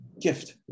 gift